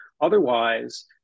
otherwise